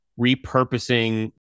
repurposing